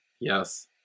Yes